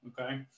okay